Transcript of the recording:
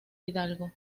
hidalgo